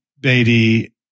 Beatty